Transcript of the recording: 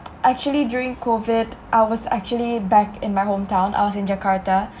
actually during COVID I was actually back in my home town I was in jakarta